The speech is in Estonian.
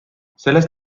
sellest